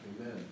Amen